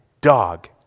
dog